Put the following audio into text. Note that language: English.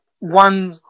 One